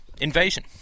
Invasion